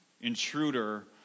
intruder